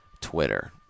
Twitter